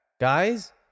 Guys